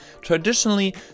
Traditionally